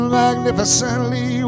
magnificently